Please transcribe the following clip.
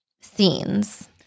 scenes